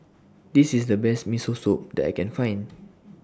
This IS The Best Miso Soup that I Can Find